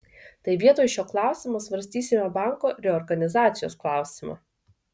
tai vietoj šio klausimo svarstysime banko reorganizacijos klausimą